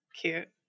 Cute